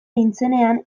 nintzenean